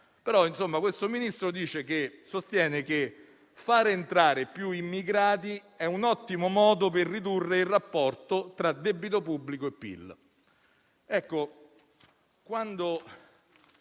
però questo Ministro sostiene che far entrare più immigrati è un ottimo modo per ridurre il rapporto tra debito pubblico e PIL.